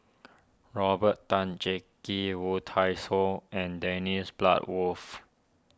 Robert Tan Jee Key Woon Tai So and Dennis Bloodworth